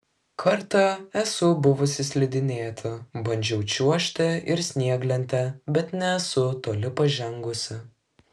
kartą esu buvusi slidinėti bandžiau čiuožti ir snieglente bet nesu toli pažengusi